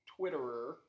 Twitterer